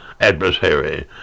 adversary